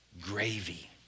gravy